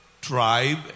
tribe